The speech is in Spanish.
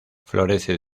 florece